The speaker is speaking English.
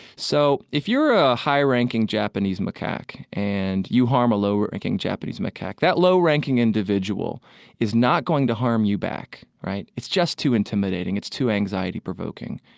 so if you're a high-ranking japanese macaque and you harm a low-ranking japanese macaque, that low-ranking individual is not going to harm you back, right? it's just too intimidating. it's too anxiety provoking.